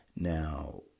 Now